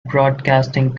broadcasting